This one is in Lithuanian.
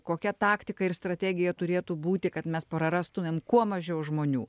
kokia taktika ir strategija turėtų būti kad mes prarastumėm kuo mažiau žmonių